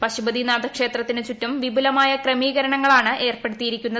പശുപതിനാഥ ക്ഷേത്രത്തിന് ചുറ്റും വിപുലമായ ക്രമീകരണങ്ങളാണ് ഏർപ്പെടുത്തിയിരിക്കുന്നത്